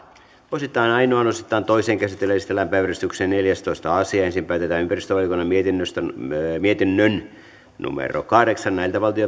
osittain ainoaan osittain toiseen käsittelyyn esitellään päiväjärjestyksen neljästoista asia ensin päätetään ympäristövaliokunnan mietinnön kahdeksan